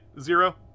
Zero